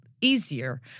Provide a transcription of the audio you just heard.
easier